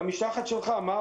במשלחת שלך אתה